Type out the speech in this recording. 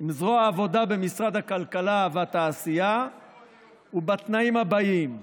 עם זרוע העבודה במשרד הכלכלה והתעשייה ובתנאים הבאים: